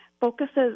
focuses